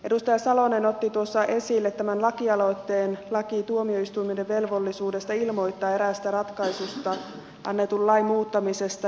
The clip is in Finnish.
edustaja salonen otti tuossa esille tämän lakialoitteen lain tuomioistuimen velvollisuudesta ilmoittaa eräistä ratkaisuistaan annetun lain muuttamisesta